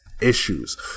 Issues